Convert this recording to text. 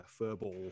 furball